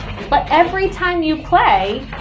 but every time you play,